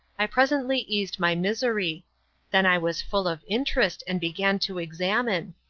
i presently eased my misery then i was full of interest, and began to examine.